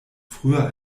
früher